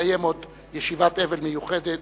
נקיים עוד ישיבת אבל מיוחדת